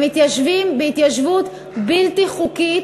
הם מתיישבים התיישבות בלתי חוקית,